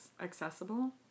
accessible